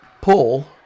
pull